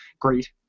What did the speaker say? great